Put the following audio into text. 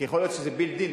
כי יכול להיות שזה built in,